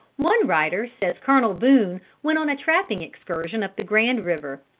one writer says colonel boone went on a trapping excursion up the grand river.